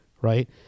right